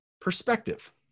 perspective